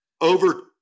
over